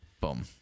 boom